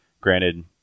granted